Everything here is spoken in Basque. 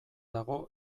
dago